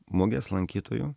mugės lankytojų